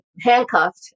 handcuffed